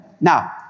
Now